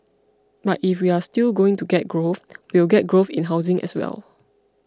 but if we are still going to get growth we will get growth in housing as well